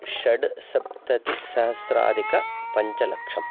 षड्सप्ततिसहस्रादिक पञ्चलक्षम्